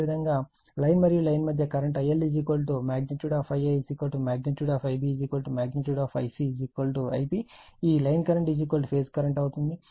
అదేవిధంగా లైన్ మరియు లైన్ మధ్య current IL Ia Ib Ic Ip ఈ లైన్ కరెంట్ ఫేజ్ కరెంట్ ఎందుకు అవుతుంది